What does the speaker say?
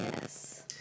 Yes